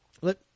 Look